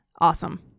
Awesome